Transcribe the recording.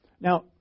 Now